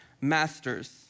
Masters